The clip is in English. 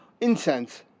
incense